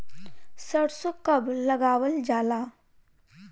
सरसो कब लगावल जाला?